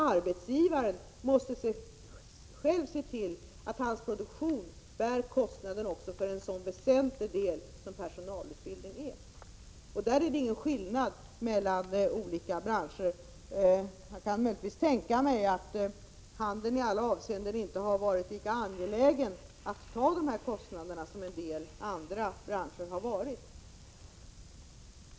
Arbetsgivaren måste själv se till att hans produktion bär kostnaden också för en sådan väsentlig del som personalutbildningen är. Där är det ingen skillnad mellan olika branscher. Jag kan möjligtvis tänka mig att handeln i alla avseenden inte har varit lika angelägen att ta dessa kostnader som en del andra branscher har varit.